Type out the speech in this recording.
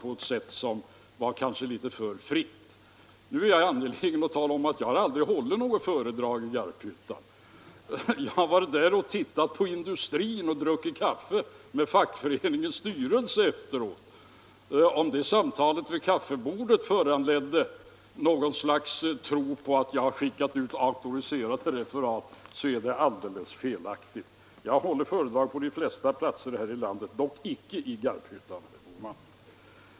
Jag har varit där och tittat på industrin och druckit kaffe med fackföreningens styrelse efteråt. Om det samtalet vid kaffebordet föranledde något slags tro på att jag skickat ut auktoriserade referat är det alldeles felaktigt. Jag har hållit föredrag på de flesta platser här i landet, dock icke i Garphyttan, herr Bohman.